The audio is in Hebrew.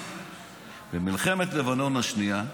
במלחמת לבנון השנייה,